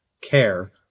care